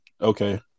Okay